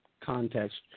context